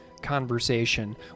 conversation